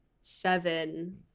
seven